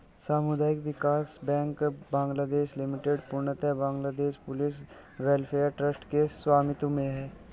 सामुदायिक विकास bank Bangladesh limited पूर्णतः बांग्लादेश पुलिस वेलफेयर ट्रस्ट के स्वामित्व में है